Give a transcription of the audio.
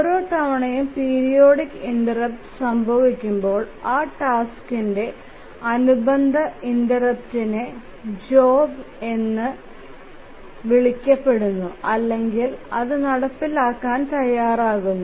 ഓരോ തവണയും periodic interrupt സംഭവിക്കുമ്പോൾ ആ ടാസ്ക്ന്റെ അനുബന്ധ ഇൻസ്റ്റൻസ്നേ ജോബ് എന്ന് വിളിക്കപ്പെടുന്നു അല്ലെങ്കിൽ അത് നടപ്പിലാക്കാൻ തയ്യാറാകുന്നു